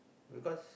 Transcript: because